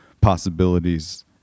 possibilities